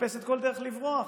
מחפשת כל דרך לברוח.